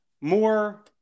more